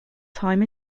time